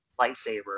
lightsaber